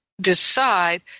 decide